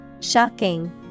Shocking